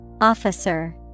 Officer